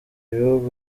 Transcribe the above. ibihugu